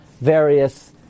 various